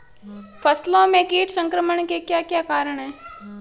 फसलों में कीट संक्रमण के क्या क्या कारण है?